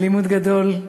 זה לימוד גדול,